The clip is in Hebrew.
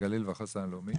הגליל והחוסן הלאומי.